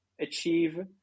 achieve